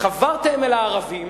חברתם אל הערבים